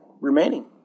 remaining